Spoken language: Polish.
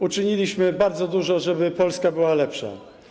Uczyniliśmy bardzo dużo, żeby Polska była lepsza.